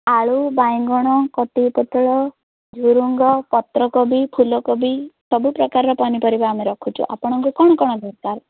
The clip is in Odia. ଆଳୁ ବାଇଗଣ କଟିକି ପୋଟଳ ଝୁଡ଼ଙ୍ଗ ପତ୍ରକୋବି ଫୁଲକୋବି ସବୁ ପ୍ରକାରର ପନିପରିବା ଆମେ ରଖୁଛୁ ଆପଣଙ୍କୁ କ'ଣ କ'ଣ ଦରକାର